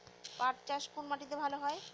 পাট চাষ কোন মাটিতে ভালো হয়?